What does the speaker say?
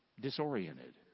disoriented